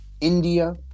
India